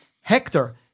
Hector